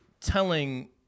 telling